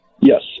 Yes